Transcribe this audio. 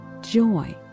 joy